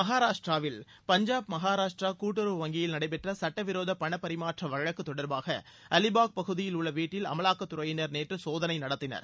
மகராஷ்டிராவில் பஞ்சாப் மகாராஷ்டிர கூட்டுறவு வங்கியில் நடைபெற்ற சட்ட விரோத பணப்பரிமாற்ற வழக்கு தொடர்பாக அலிபாக் பகுதியில் உள்ள வீட்டில் அமலாக்கத்துறையினர் நேற்று சோதனை நடத்தினர்